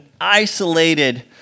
isolated